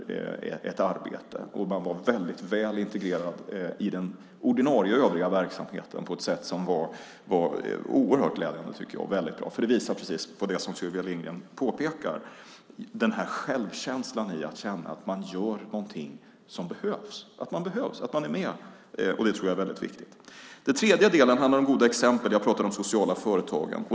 Dessa personer var väldigt väl integrerade i den ordinarie övriga verksamheten på ett sätt som var oerhört glädjande och väldigt bra. Det visar precis på det som Sylvia Lindgren pekar på, nämligen denna självkänsla när man gör någonting som behövs, att man behövs och är med. Det tror jag är väldigt viktigt. Den tredje delen handlar om goda exempel. Jag talade om de sociala företagen.